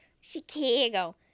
Chicago